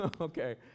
Okay